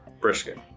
Brisket